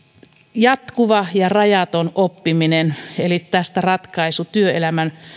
jatkuva ja rajaton oppiminen tästä ratkaisu työelämän